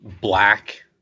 black